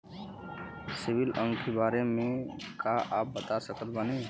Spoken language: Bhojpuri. सिबिल अंक के बारे मे का आप बता सकत बानी?